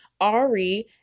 ari